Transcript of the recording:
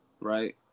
right